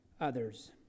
others